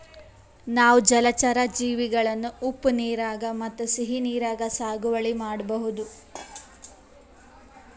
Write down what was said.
ನಾವ್ ಜಲಚರಾ ಜೀವಿಗಳನ್ನ ಉಪ್ಪ್ ನೀರಾಗ್ ಮತ್ತ್ ಸಿಹಿ ನೀರಾಗ್ ಸಾಗುವಳಿ ಮಾಡಬಹುದ್